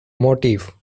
motive